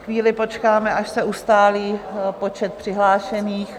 Chvíli počkáme, až se ustálí počet přihlášených.